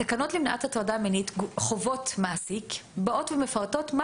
התקנות למניעת הטרדה מינית (חובת מעסיק) מפרטות מה